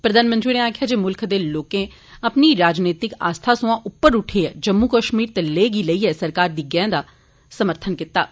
प्रधानमंत्री होरें आक्खेआ जे मुल्ख दे लोकें अपनी राजनीतिक आस्था सोआं उप्पर उठिए जम्मू कश्मीर ते लेह गी लेइयै सरकार दी गैं दा समर्थन कीता ऐ